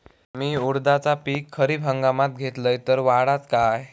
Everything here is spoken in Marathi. मी उडीदाचा पीक खरीप हंगामात घेतलय तर वाढात काय?